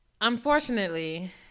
unfortunately